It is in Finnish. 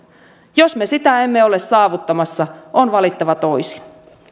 jos me sitä emme ole saavuttamassa on valittava toisin